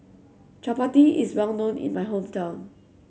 Chappati is well known in my hometown